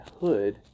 hood